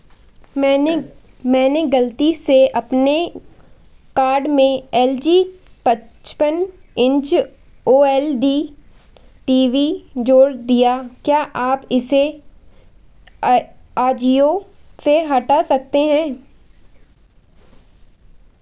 मैंने मैंने गलती से अपने कार्ड में एल जी पचपन इंच ओएलडी टी वी जोड़ दिया क्या आप इसे अजियो से हटा सकते हैं